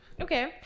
Okay